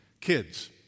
Kids